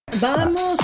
Vamos